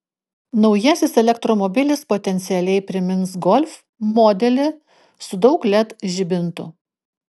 naujasis elektromobilis potencialiai primins golf modelį su daug led žibintų